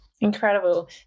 Incredible